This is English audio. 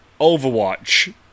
Overwatch